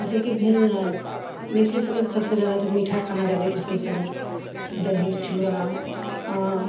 जैसे कि भेल ने मैथिल सभमे तऽ सबसँ जादा मीठा खाना पासन्द करत दही चूड़ा आम